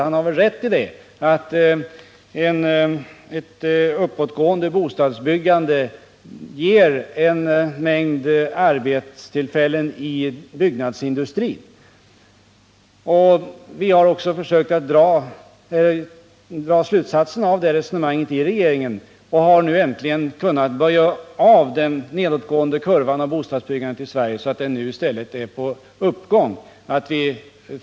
Han kan ha rätt i att en uppgång i bostadsbyggandet ger en mängd arbetstillfällen i byggnadsindustrin. Vi har också i regeringen försökt dra slutsatsen av det resonemanget, och har nu äntligen kunnat böja av den nedåtgående kurvan i bostadsbyggandet i Sverige så att den nu i stället är på uppgång.